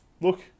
look